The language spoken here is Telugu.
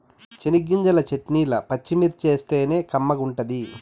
చెనగ్గింజల చెట్నీల పచ్చిమిర్చేస్తేనే కమ్మగుంటది